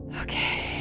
Okay